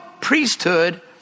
priesthood